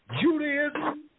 Judaism